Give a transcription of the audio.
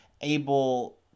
able